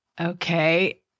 Okay